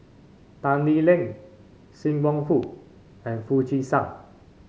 Tan Lee Leng Sim Wong Hoo and Foo Chee San